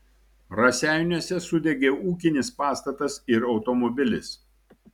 raseiniuose sudegė ūkinis pastatas ir automobilis